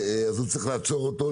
אז צריך לעצור אותו,